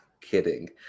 kidding